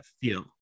feel